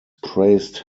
praised